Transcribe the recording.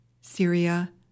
Syria